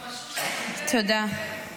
תודה.